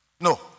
No